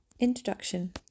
Introduction